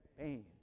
pain